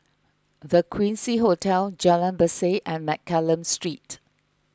the Quincy Hotel Jalan Berseh and Mccallum Street